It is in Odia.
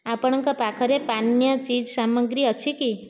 ଆପଣଙ୍କ ପାଖରେ ପାନୀୟ ଚିଜ୍ ସାମଗ୍ରୀ ଅଛି କି